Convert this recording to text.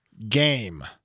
Game